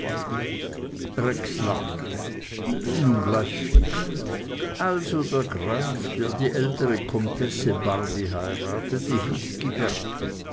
lachte nun gleichviel also der graf der die ältere comtesse barby heiratete hieß